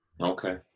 Okay